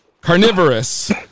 carnivorous